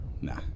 Nah